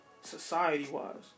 society-wise